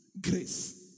Grace